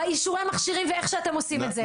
באישורי מכשירים ואיך שאתם עושים את זה.